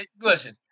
listen